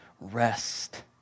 rest